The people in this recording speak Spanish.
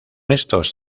estos